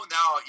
now